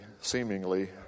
seemingly